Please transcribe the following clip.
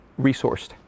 resourced